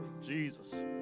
Jesus